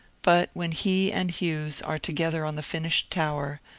but when he and hughes are together on the finished tower,